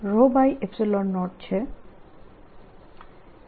E નું કર્લ E Bt છે